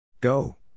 Go